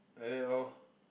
like that lor